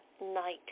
night